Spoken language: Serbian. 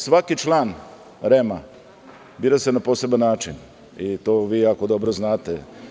Svaki član REM-a bira se na poseban način i to vi jako dobro znate.